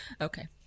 Okay